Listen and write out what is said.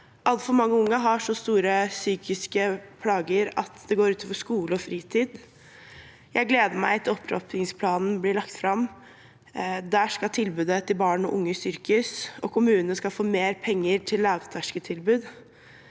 Altfor mange unge har så store psykiske plager at det går ut over skole og fritid. Jeg gleder meg til opptrappingsplanen blir lagt fram. Gjennom den skal tilbudet til barn og unge styrkes, og kommunene skal få mer penger til lavterskeltilbud.